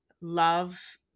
Love